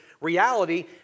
reality